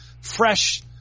fresh